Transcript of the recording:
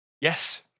Yes